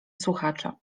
słuchacze